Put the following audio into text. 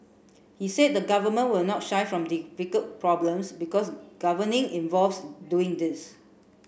he said the government will not shy from difficult problems because governing involves doing these